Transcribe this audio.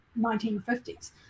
1950s